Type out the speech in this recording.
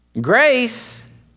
Grace